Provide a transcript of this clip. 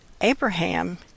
Abraham